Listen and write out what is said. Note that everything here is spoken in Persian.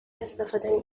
استفاده